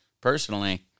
personally